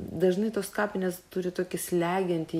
dažnai tos kapinės turi tokį slegiantį